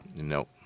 No